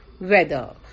weather